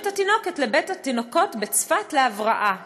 את התינוקת לבית-התינוקות בצפת להבראה,